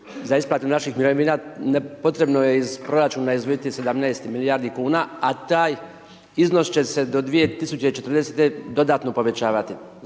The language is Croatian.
za isplatu naših mirovina potrebno je iz proračuna izdvojiti 17 milijardi kuna a taj iznos će se do 2040. dodatno povećavati.